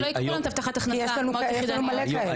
שלא ייקחו הבטחה הכנסה לאימהות יחידניות,